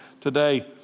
Today